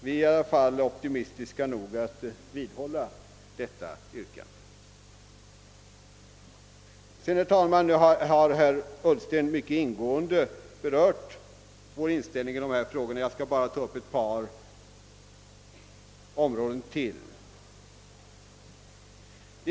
Vi är i alla fall optimistiska nog att vidhålla detta yrkande. Herr Ullsten har mycket ingående berört vår inställning i u-hjälpsfrågan, och jag skall bara ta upp ytterligare ett par områden.